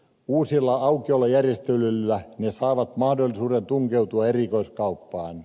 uusilla aukiolojärjestelyillä ne saavat mahdollisuuden tunkeutua erikoiskauppaan